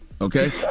Okay